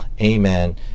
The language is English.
amen